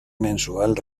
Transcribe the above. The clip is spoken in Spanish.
mensual